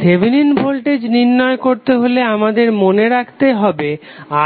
Thevenin voltage নির্ণয় করতে হলে আমাদের মনে করতে হবে